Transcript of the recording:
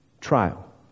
trial